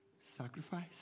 sacrifice